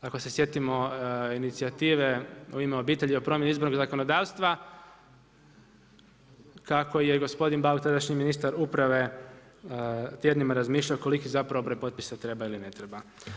Ako se sjetimo inicijative „U ime obitelji“ o promjeni izbornog zakonodavstva kako je gospodin Bauk tadašnji ministar uprave tjednima razmišljao koliki zapravo broj potpisa treba ili ne treba.